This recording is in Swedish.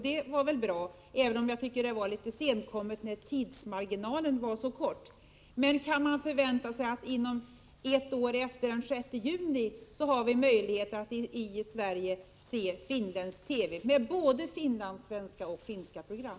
Det var bra, även om jag tycker att det var litet senkommet, eftersom tidsmarginalen var så liten. Kan man förvänta sig att vi inom ett år efter den 6 juni i år har möjlighet att i Sverige se finländsk TV med såväl finlandssvenska som finska program?